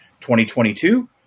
2022